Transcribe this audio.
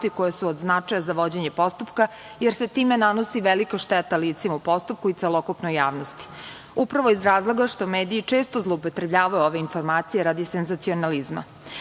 koje su od značaja za vođenje postupka, jer se time nanosi velika šteta licima u postupku i celokupnoj javnosti, upravo iz razloga što mediji često zloupotrebljavaju ove informacije radi senzacionalizma. Sa